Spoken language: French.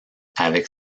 avec